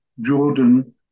Jordan